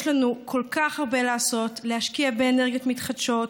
יש לנו כל כך הרבה לעשות: להשקיע באנרגיות מתחדשות,